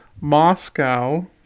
Moscow